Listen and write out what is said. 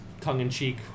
tongue-in-cheek